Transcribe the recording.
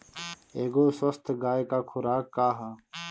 एगो स्वस्थ गाय क खुराक का ह?